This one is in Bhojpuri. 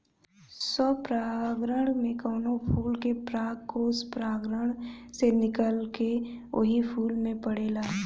स्वपरागण में कवनो फूल के परागकोष परागण से निकलके ओही फूल पे पड़ेला